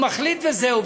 הוא מחליט וזהו.